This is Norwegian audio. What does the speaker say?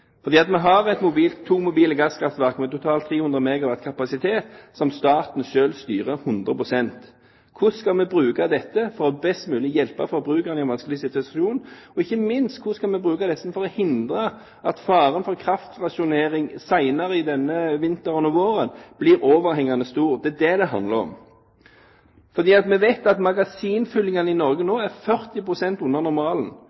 Vi har to mobile gasskraftverk, med totalt 300 MW kapasitet, som staten selv styrer 100 pst. Hvordan skal vi bruke dette for å hjelpe forbrukerne best mulig i en vanskelig situasjon? Og ikke minst: Hvordan skal vi bruke disse for å hindre at faren for kraftrasjonering senere denne vinteren og våren blir overhengende? Det er det det handler om. Vi vet at magasinfyllingene i Norge nå er 40 pst. under normalen.